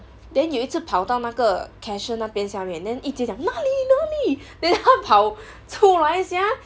then 有一次跑到那个 cashier 那边下面 then yi jie 讲哪里哪里 then 他跑出来 sia